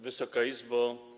Wysoka Izbo!